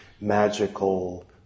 magical